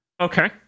Okay